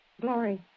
Glory